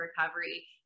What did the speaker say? recovery